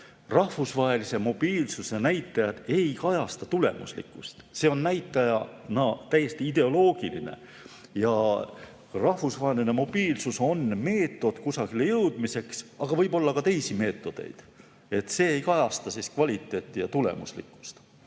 Rahvusvahelise mobiilsuse näitajad ei kajasta tulemuslikkust. See on näitajana täiesti ideoloogiline. Rahvusvaheline mobiilsus on meetod kusagile jõudmiseks, aga võib olla ka teisi meetodeid, see ei kajasta kvaliteeti ja tulemuslikkust.